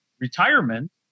retirement